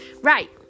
right